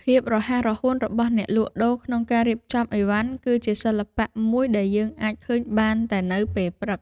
ភាពរហ័សរហួនរបស់អ្នកលក់ដូរក្នុងការរៀបចំឥវ៉ាន់ គឺជាសិល្បៈមួយដែលយើងអាចឃើញបានតែនៅពេលព្រឹក។